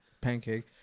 pancake